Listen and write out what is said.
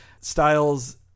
Styles